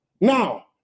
Now